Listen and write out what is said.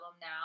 now